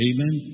Amen